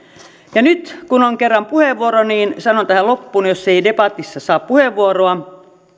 nyt kun on kerran puheenvuoro niin sanon tähän loppuun jos ei debatissa saa puheenvuoroa